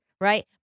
Right